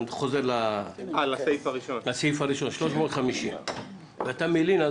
אני חוזר לסעיף הראשון ואתה מלין על